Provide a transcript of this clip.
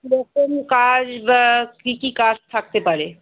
কীরকম কাজ বা কী কী কাজ থাকতে পারে